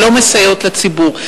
ולא מסייעות לציבור.